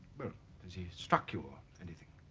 well has he struck you or anything?